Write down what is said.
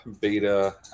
beta